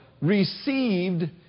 received